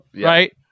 right